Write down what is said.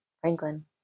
Franklin